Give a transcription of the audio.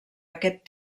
aquest